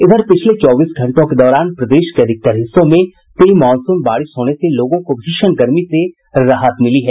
इधर पिछले चौबीस घंटों के दौरान प्रदेश के अधिकतर हिस्सों प्री मॉनसून बारिश होने से लोगों को भीषण गर्मी से राहत मिली है